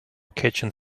catching